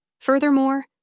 Furthermore